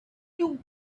you